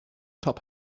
top